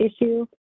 issue